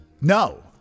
no